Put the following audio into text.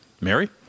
Mary